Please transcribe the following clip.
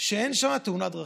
שאין שם תאונת דרכים.